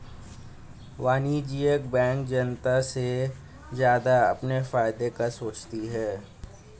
वाणिज्यिक बैंक जनता से ज्यादा अपने फायदे का सोचती है